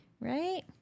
Right